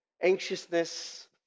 anxiousness